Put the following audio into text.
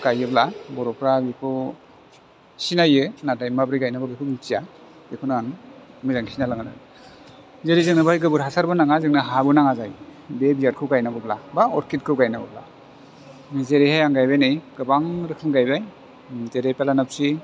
गायोब्ला जों बर'फ्रा बेखौ सिनायो नाथाय माबोरै गायनांगौ बेखौ मोनथिया बेखौनो आं मोजाङै खिन्थालांगोन आरो जेरै जोंनो बेवहाय गोबोर हासारबो नाङा हाबो नाङा बे बियादखौ गायनांगौब्ला बा अरखिदखौ गायनांगौब्ला जेरैहाय आं गायबाय नै गोबां रोखोम गायबाय जेरै बेलेन अब ट्रि